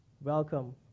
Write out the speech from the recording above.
welcome